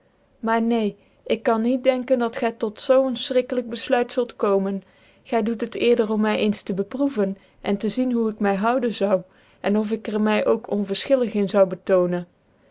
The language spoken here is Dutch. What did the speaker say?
maar neen ik kan niet denken dat gy tot zoo een fchrikkclijk bcfluitzult komen gy doet het eerder om my eens te beproeven en te zien hoe ik my houdc zou en of ik er my ook onverfchillig in zou betonen